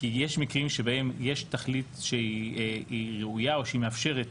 כי יש מקרים שבהם יש תכלית שהיא ראויה או שהיא מאפשרת